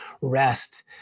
rest